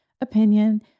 opinion